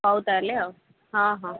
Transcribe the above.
ହେଉ ତା'ହେଲେ ଆଉ ହଁ ହଁ